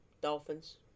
Dolphins